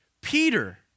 Peter